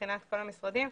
מבחינת כל המשרדים,